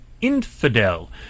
infidel